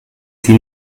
sie